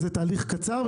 אז התהליך קצר,